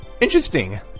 Interesting